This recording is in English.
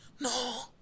No